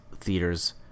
theaters –